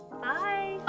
bye